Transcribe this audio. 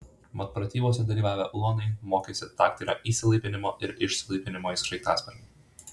mat pratybose dalyvavę ulonai mokėsi taktinio įsilaipinimo ir išsilaipinimo į sraigtasparnį